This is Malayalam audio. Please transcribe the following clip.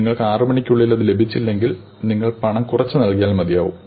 നിങ്ങൾക്ക് 6 മണിക്കൂറിനുള്ളിൽ അത് ലഭിച്ചില്ലെങ്കിൽ നിങ്ങൾ പണം കുറച്ച് നൽകിയാൽ മതിയാകും